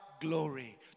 glory